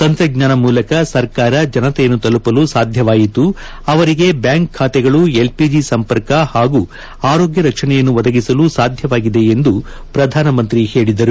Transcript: ತಂತ್ರಜ್ಞಾನ ಮೂಲಕ ಸರ್ಕಾರ ಜನತೆಯನ್ನು ತಲುಪಲು ಸಾಧ್ಯವಾಯಿತು ಅವರಿಗೆ ಬ್ಬಾಂಕ್ ಖಾತೆಗಳು ಎಲ್ಪಿಜಿ ಸಂಪರ್ಕ ಹಾಗೂ ಆರೋಗ್ಯ ರಕ್ಷಣೆಯನ್ನು ಒದಗಿಸಲು ಸಾಧ್ಯವಾಗಿದೆ ಎಂದು ಪ್ರಧಾನಮಂತ್ರಿ ಹೇಳಿದರು